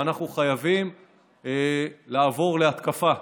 ואנחנו חייבים לעבור להתקפה.